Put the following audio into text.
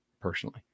personally